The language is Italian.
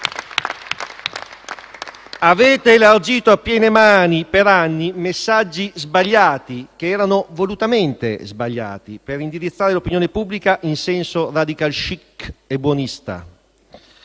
Avete elargito a piene mani, per anni, messaggi sbagliati - volutamente sbagliati - per indirizzare l'opinione pubblica in senso *radical chic* e buonista.